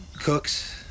Cooks